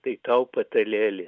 tai tau patalėlė